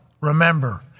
remember